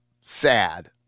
sad